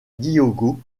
diogo